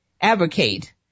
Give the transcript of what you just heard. advocate